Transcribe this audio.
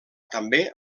també